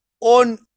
on